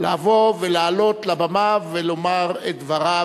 לבוא ולעלות לבמה ולומר את דבריו.